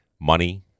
Money